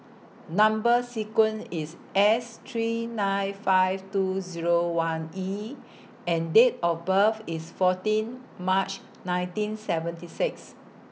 Number sequence IS S three nine five two Zero one E and Date of birth IS fourteen March nineteen seventy six